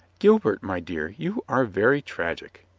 gilbert, my dear, you are very tragic,